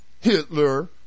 Hitler